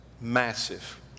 massive